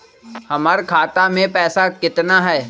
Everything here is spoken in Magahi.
हमर खाता मे पैसा केतना है?